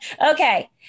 Okay